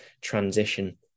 transition